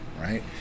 right